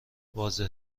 واضح